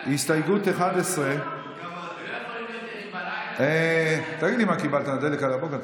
הסתייגות 11. תגיד לי, קיבלת דלק על הבוקר?